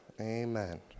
Amen